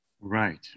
Right